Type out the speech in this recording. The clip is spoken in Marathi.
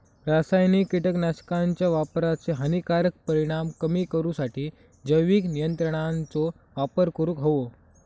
रासायनिक कीटकनाशकांच्या वापराचे हानिकारक परिणाम कमी करूसाठी जैविक नियंत्रणांचो वापर करूंक हवो